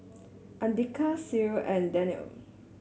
Andika Sri and Danial